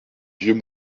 vieux